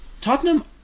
Tottenham